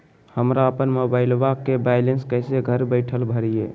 हमरा अपन मोबाइलबा के बैलेंस कैसे घर बैठल भरिए?